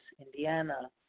Indiana